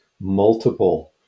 multiple